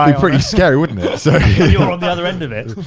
um pretty scary, wouldn't it? you're on the other end of it.